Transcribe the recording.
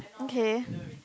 okay